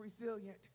resilient